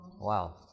wow